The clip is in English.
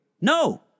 No